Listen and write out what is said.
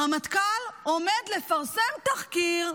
הרמטכ"ל עומד לפרסם תחקיר.